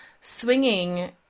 swinging